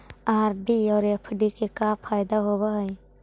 RD और FD के का फायदा होव हई?